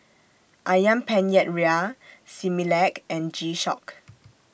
Ayam Penyet Ria Similac and G Shock